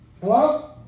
Hello